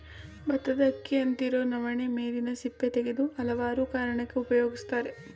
ಬತ್ತದ ಅಕ್ಕಿಯಂತಿರೊ ನವಣೆ ಮೇಲಿನ ಸಿಪ್ಪೆ ತೆಗೆದು ಹಲವಾರು ಕಾರಣಕ್ಕೆ ಉಪಯೋಗಿಸ್ತರೆ